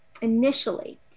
initially